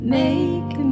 make